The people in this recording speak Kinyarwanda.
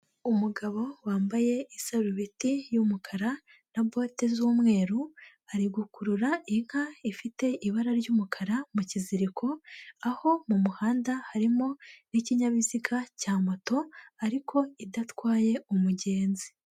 Umugabo wambaye isarubeti y'umukara na bote z'umweru, ari gukurura inka ifite ibara ry'umukara mu kiziriko, aho mu muhanda harimo n'ikinyabiziga cya moto ariko idatwaye umugenzi.